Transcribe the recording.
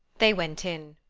they went in.